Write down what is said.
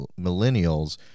millennials